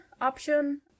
option